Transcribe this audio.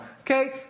okay